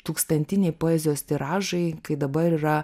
tūkstantiniai poezijos tiražai kai dabar yra